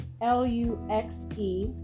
L-U-X-E